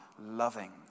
loving